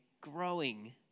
growing